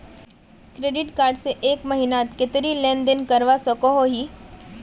Credit card से एक महीनात कतेरी लेन देन करवा सकोहो ही?